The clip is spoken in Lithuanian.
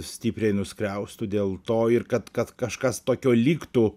stipriai nuskriaustų dėl to ir kad kad kažkas tokio liktų